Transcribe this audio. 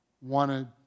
wanted